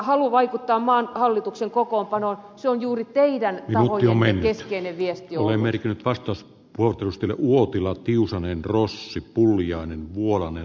halu vaikuttaa maan hallituksen kokoonpanoon on juuri teidän tahojenne keskeinen viesti oli mercy bastos vuotuisten vuokila kiusanneen rossi pulliainen ollut